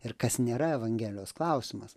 ir kas nėra evangelijos klausimas